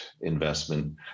investment